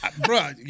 Bro